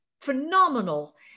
phenomenal